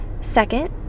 Second